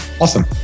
Awesome